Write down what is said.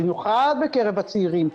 במיוחד בקרב הצעירים.